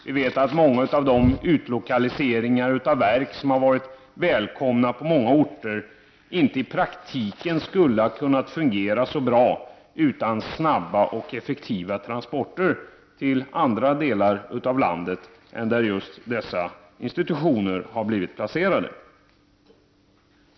Vi vet att många av de utlokaliseringar av verk som varit välkomna på många orter inte i praktiken skulle ha kunnat fungera så bra utan snabba och effektiva transporter till andra delar av landet än de där just dessa institutioner blivit placerade.